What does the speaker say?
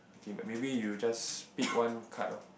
okay maybe you just pick one card loh